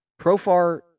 Profar